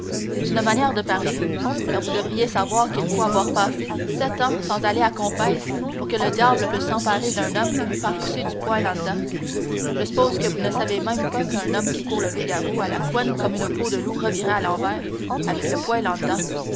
c'est une manière de parler car vous devriez savoir qu'il faut avoir passé sept ans sans aller à confesse pour que le diable puisse s'emparer d'un homme et lui faire pousser du poil en dedans je suppose que vous ne savez même pas qu'un homme qui court le loup-garou a la couenne comme une peau de loup revirée à l'envers avec le poil en dedans